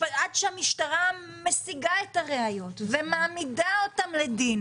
עד שהמשטרה משיגה את הראיות ומעמידה אותם לדין